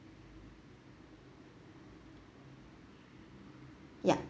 yup